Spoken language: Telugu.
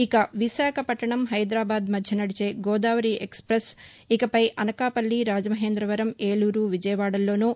ఇక విశాఖపట్టణం హైదరాబాద్ మధ్య నడిచే గోదావరి ఎక్స్పెస్ ఇకపై అనకాపల్లి రాజమహేంద్రవరం ఏలూరు విజయవాడల్లోనూ